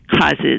causes